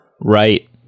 Right